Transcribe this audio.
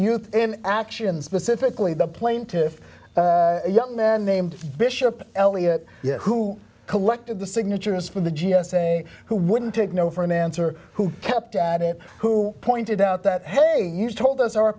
youth and action specifically the plaintiffs a young man named bishop elliott who collected the signatures from the g s a who wouldn't take no for an answer who kept at him who pointed out that hey you told us our